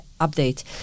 update